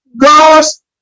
God's